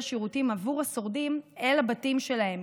שירותים עבור השורדים אל הבתים שלהם,